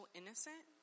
innocent